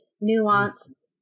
nuance